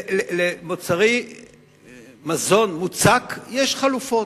למוצרי מזון מוצק יש חלופות.